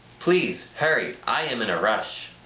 please, hurry. i am in a rush.